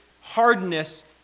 hardness